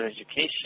education